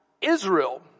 Israel